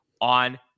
on